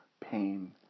pain